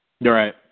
Right